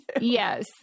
Yes